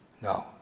No